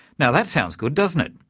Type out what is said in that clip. now that sounds good, doesn't it?